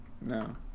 no